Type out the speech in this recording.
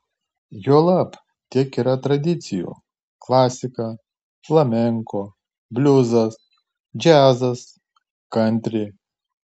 juolab tiek yra tradicijų klasika flamenko bliuzas džiazas kantri